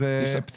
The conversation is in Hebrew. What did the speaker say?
מאוד.